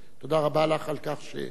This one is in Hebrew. תודה רבה לך על כך שדיברת.